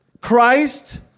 Christ